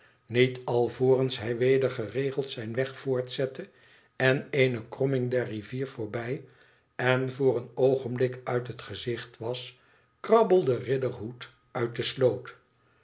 niet alvorens hij weder geregeld zijn weg voortzette en eene krommbg der rivier voorbij en voor een oogenblik uit het gezicht was krabbelde riderhood uit de sloot